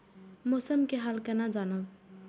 मौसम के हाल केना जानब?